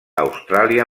austràlia